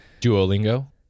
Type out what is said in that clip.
Duolingo